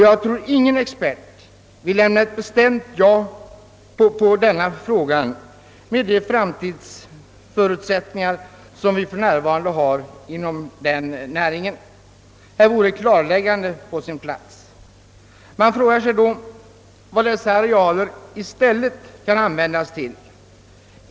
Jag tror ingen expert vill svara bestämt ja på denna fråga med de framtidsutsikter vi för närvarande har inom denna näring. Här vore ett klarläggande på sin plats. Man frågar sig då vad dessa arealer i stället skall användas till.